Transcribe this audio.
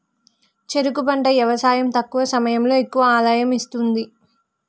చెరుకు పంట యవసాయం తక్కువ సమయంలో ఎక్కువ ఆదాయం ఇస్తుంది